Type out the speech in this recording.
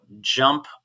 jump